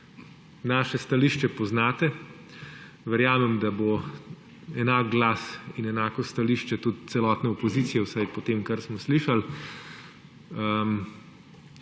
Naše stališče poznate. Verjamem, da bo enak glas in enako stališče tudi celotne opozicije, vsaj po tem, kar smo slišali.